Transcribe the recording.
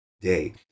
day